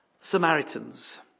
Samaritans